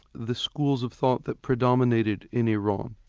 the schools of thought that predominated in iran,